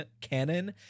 canon